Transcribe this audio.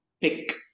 pick